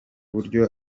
buryo